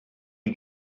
die